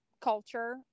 culture